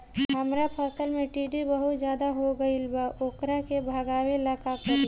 हमरा फसल में टिड्डा बहुत ज्यादा हो गइल बा वोकरा के भागावेला का करी?